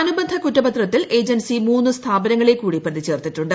അനുബന്ധ കുറ്റപത്രത്തിൽ ഏജൻസി മൂന്ന് സ്ഥാപനങ്ങളെ കൂടി പ്രതിചേർത്തിട്ടുണ്ട്